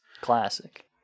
Classic